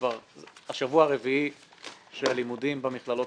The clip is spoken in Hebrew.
זה השבוע הרביעי שהלימודים במכללות